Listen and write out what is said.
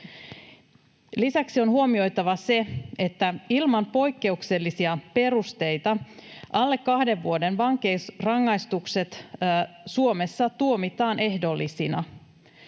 Lisäksi on huomioitava se, että ilman poikkeuksellisia perusteita alle kahden vuoden vankeusrangaistukset Suomessa tuomitaan ehdollisina,